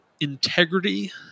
Integrity